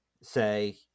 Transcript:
say –